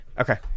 Okay